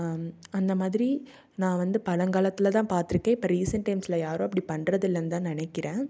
அந்த மாதிரி நான் வந்து பழங்காலத்தில் தான் பார்த்துருக்கேன் இப்போ ரீசெண்ட் டேஸில் யாரும் அப்படி பண்றது இல்லைன்னு தான் நினக்கிறேன்